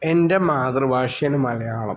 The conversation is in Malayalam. എന്റെ മാതൃഭാഷയാണ് മലയാളം